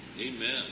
Amen